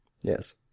Yes